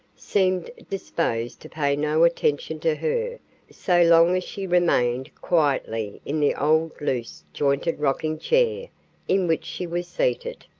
seemed disposed to pay no attention to her so long as she remained quietly in the old loose-jointed rockingchair in which she was seated.